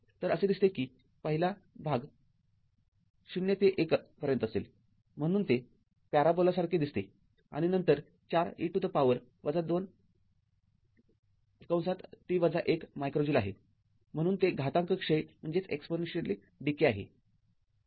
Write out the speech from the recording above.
तर असे दिसते की पहिला भाग ० ते १ पर्यंत असेल म्हणून ते पॅराबोलासारखे दिसते आणि नंतर ४ e to the power २t १ मायक्रो ज्यूल आहे म्हणून ते घातांक क्षय आहे